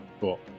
Cool